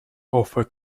offer